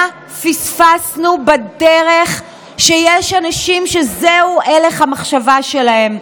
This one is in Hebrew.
מה פספסנו בדרך שיש אנשים שזהו הלך המחשבה שלהם?